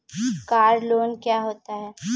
Car loan क्या होता है?